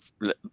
let